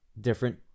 different